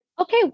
okay